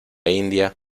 india